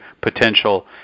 potential